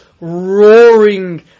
roaring